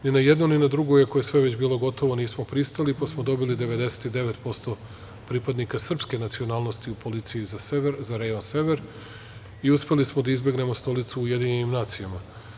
Ni na jedno, ni na drugo, iako je sve već bilo gotovo nismo pristali, pa smo dobili 99% pripadnika srpske nacionalnosti u policiji za rejon sever i uspeli smo da izbegnemo Stolicu u UN.